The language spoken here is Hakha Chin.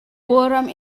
kawlram